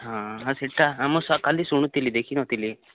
ହଁ ଆଉ ସେଇଟା ଆମ କାଲି ଶୁଣୁଥିଲି ଦେଖିନଥିଲି